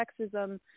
sexism